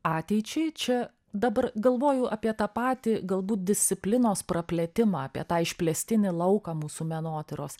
ateičiai čia dabar galvoju apie tą patį galbūt disciplinos praplėtimą apie tą išplėstinį lauką mūsų menotyros